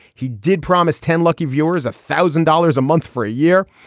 he did promise ten lucky viewers a thousand dollars a month for a year.